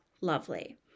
lovely